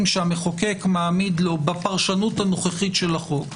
שהמחוקק מעמיד לו בפרשנות הנוכחית של החוק,